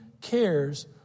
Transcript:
cares